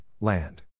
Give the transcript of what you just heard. land